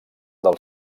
del